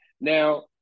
Now